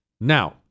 Now